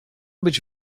być